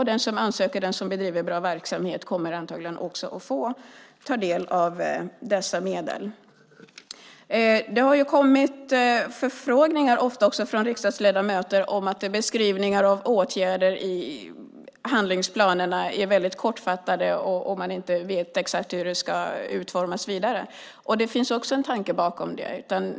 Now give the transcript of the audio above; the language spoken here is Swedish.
Den som ansöker och som bedriver bra verksamhet kommer antagligen också att få ta del av dessa medel. Det har ofta kommit förfrågningar från riksdagsledamöter om att beskrivningarna av åtgärder i handlingsplanerna är kortfattade, och man vet inte exakt hur det hela ska utformas vidare. Det finns en tanke också bakom detta.